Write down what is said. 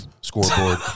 scoreboard